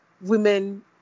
women